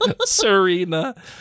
Serena